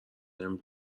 نمی